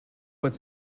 but